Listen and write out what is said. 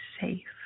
safe